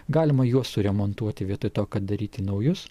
galima juos suremontuoti vietoj to kad daryti naujus